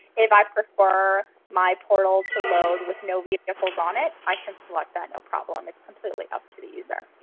if i prefer my portal to load with no vehicles on it, i can select that, no problem. it's completely up to the user.